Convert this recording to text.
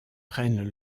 prennent